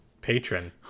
patron